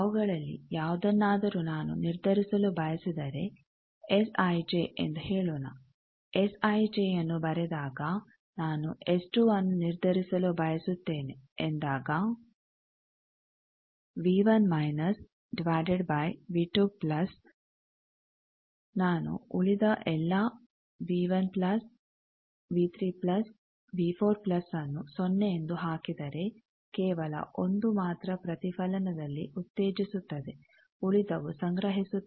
ಅವುಗಳಲ್ಲಿ ಯಾವುದನ್ನಾದರೂ ನಾನು ನಿರ್ಧರಿಸಲು ಬಯಸಿದರೆ ಎಸ್ ಐಜೆ ಎಂದು ಹೇಳೋಣ ಎಸ್ ಐಜೆ ಯನ್ನು ಬರೆದಾಗ ನಾನು ಎಸ್12 ನ್ನು ನಿರ್ಧರಿಸಲು ಬಯಸುತ್ತೇನೆ ಎಂದಾಗ ನಾನು ಉಳಿದ ಎಲ್ಲ ನ್ನು ಸೊನ್ನೆ ಎಂದು ಹಾಕಿದರೆ ಕೇವಲ 1 ಮಾತ್ರ ಪ್ರತಿಫಲನದಲ್ಲಿ ಉತ್ತೇಜಿಸುತ್ತದೆ ಉಳಿದವು ಸಂಗ್ರಹಿಸುತ್ತದೆ